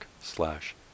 slash